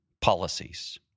policies